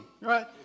right